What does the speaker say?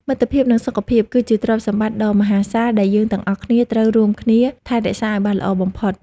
មិត្តភាព និងសុខភាព គឺជាទ្រព្យសម្បត្តិដ៏មហាសាលដែលយើងទាំងអស់គ្នាត្រូវរួមគ្នាថែរក្សាឱ្យបានល្អបំផុត។